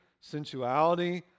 sensuality